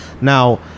Now